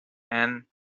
and